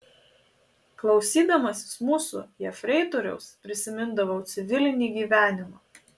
klausydamasis mūsų jefreitoriaus prisimindavau civilinį gyvenimą